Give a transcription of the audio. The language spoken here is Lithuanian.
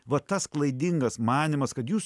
va tas klaidingas manymas kad jūs